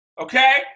Okay